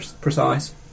precise